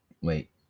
Wait